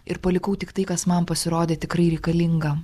ir palikau tik tai kas man pasirodė tikrai reikalinga